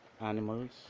animals